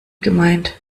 gemeint